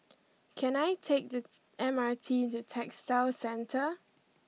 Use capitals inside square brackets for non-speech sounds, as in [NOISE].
can I take the [HESITATION] M R T The Textile Centre